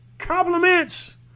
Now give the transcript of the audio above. Compliments